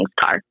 car